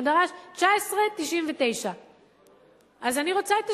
הוא דרש 19.99. אז אני רוצה את,